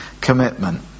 commitment